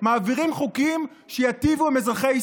מעבירים חוקים שייטיבו עם אזרחי ישראל.